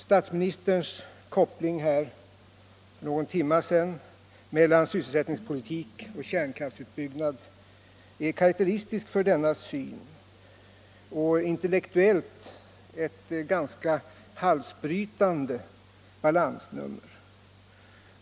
Statsministerns koppling i debatten för någon timme sedan mellan sysselsättningspolitik och kärnkraftsutbyggnad är karakteristiskt för den na syn och intellektuellt ett ganska halsbrytande balansnummer.